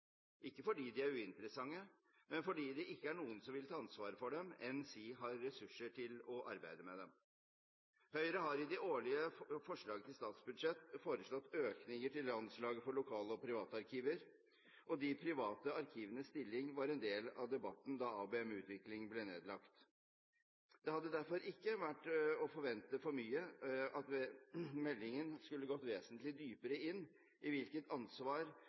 ikke fordi de er uinteressante, men fordi det ikke er noen som vil ta ansvaret for dem, enn si ha ressurser til å arbeide med dem. Høyre har i de årlige forslag til statsbudsjett foreslått økninger til Landslaget for lokal- og privatarkiv, og de private arkivenes stilling var en del av debatten da ABM-utvikling ble nedlagt. Det hadde derfor ikke vært å forvente for mye at meldingen skulle gått vesentlig dypere inn i hvilket ansvar